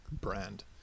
brand